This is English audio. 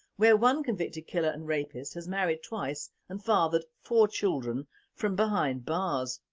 where one convicted killer and rapist has married twice and fathered four children from behind bars.